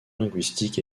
linguistique